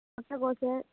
முட்டைகோஸு